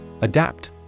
Adapt